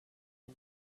can